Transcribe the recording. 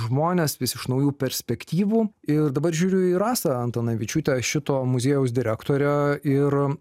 žmones vis iš naujų perspektyvų ir dabar žiūriu į rasą antanavičiūtę šito muziejaus direktorę ir